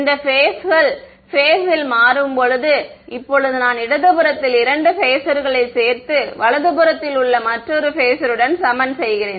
இந்த பேஸ்கள் பேஸில் மாறும் இப்போது நான் இடது புறத்தில் 2 பேஸர்களைச் சேர்த்து வலது புறத்தில் உள்ள மற்றொரு பேஸருடன் சமன் செய்கிறேன்